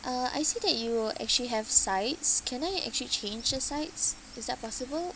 uh I see that you actually have sides can I actually change the sides is that possible